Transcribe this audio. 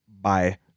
bye